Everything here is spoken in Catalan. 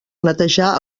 netejar